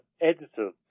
editor